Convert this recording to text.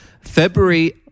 February